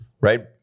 Right